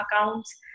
accounts